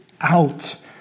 out